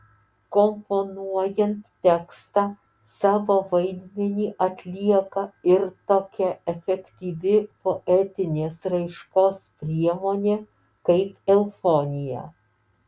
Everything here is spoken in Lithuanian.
komponuojant tekstą savo vaidmenį atlieka ir tokia efektyvi poetinės raiškos priemonė kaip eufonija